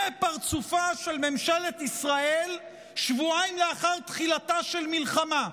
זה פרצופה של ממשלת ישראל שבועיים לאחר תחילתה של מלחמה.